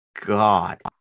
god